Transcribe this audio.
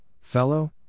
Fellow